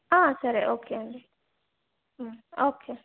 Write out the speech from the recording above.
ఆ సరే ఓకే అండి ఓకే